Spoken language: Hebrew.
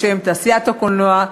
בשם תעשיית הקולנוע,